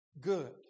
good